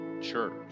church